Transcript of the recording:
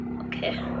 Okay